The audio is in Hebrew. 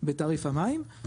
בתעריף המים.